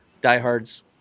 diehards